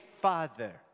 father